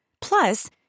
Plus